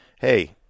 hey